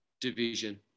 division